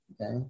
Okay